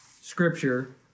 Scripture